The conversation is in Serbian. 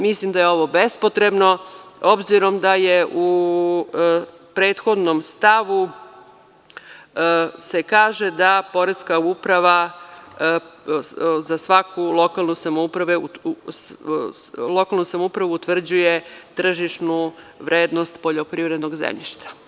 Mislim da je ovo bespotrebno, obzirom da se u prethodnom stavu kaže da poreska uprava za svaku lokalnu samoupravu utvrđuje tržišnu vrednost poljoprivrednog zemljišta.